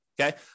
Okay